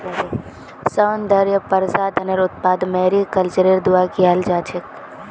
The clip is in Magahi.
सौन्दर्य प्रसाधनेर उत्पादन मैरीकल्चरेर द्वारा कियाल जा छेक